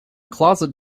closet